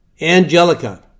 Angelica